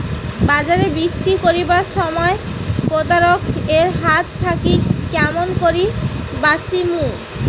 বাজারে বিক্রি করিবার সময় প্রতারক এর হাত থাকি কেমন করি বাঁচিমু?